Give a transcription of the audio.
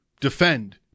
defend